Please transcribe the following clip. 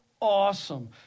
awesome